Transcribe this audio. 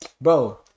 Bro